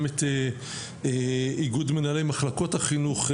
גם את איגוד מנהלי מחלקות החינוך,